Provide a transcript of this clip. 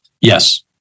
Yes